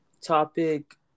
topic